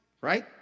right